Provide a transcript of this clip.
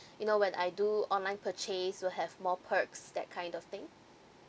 you know when I do online purchase will have more perks that kind of thing